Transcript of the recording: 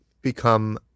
become